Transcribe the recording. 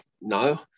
no